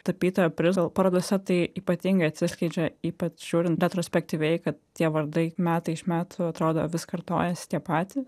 tapytojo prizo parodose tai ypatingai atsiskleidžia ypač žiūrint retrospektyviai kad tie vardai metai iš metų atrodo vis kartojasi tie patys